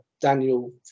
Daniel